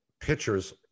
Pitchers